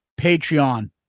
Patreon